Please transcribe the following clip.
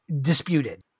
disputed